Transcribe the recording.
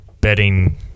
Betting